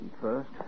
first